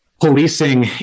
policing